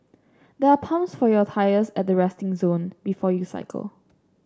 there are pumps for your tyres at the resting zone before you cycle